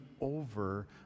over